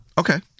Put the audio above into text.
Okay